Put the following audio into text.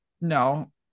No